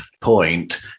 point